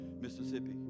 Mississippi